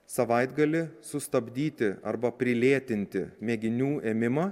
savaitgalį sustabdyti arba prilėtinti mėginių ėmimą